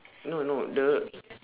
no no the